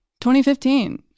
2015